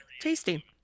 Tasty